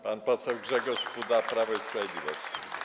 Pan poseł Grzegorz Puda, Prawo i Sprawiedliwość.